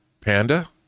panda